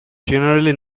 generally